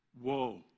Whoa